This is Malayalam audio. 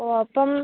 ഓ അപ്പം